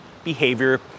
Behavior